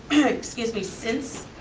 excuse me, since